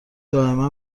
دائما